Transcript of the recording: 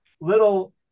little